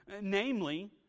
namely